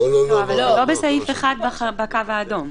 לא בסעיף (1) בקו האדום.